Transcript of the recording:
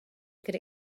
could